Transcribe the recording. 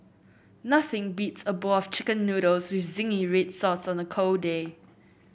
nothing beats a bowl of chicken noodles with zingy red sauce on a cold day